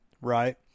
right